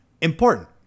important